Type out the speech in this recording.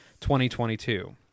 2022